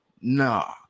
no